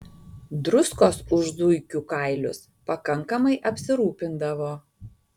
druskos už zuikių kailius pakankamai apsirūpindavo